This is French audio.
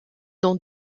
dans